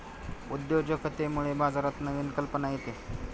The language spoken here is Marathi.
उद्योजकतेमुळे बाजारात नवीन कल्पना येते